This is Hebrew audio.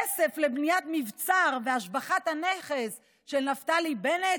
כסף לבניית מבצר והשבחת הנכס של נפתלי בנט?